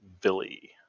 Billy